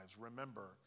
Remember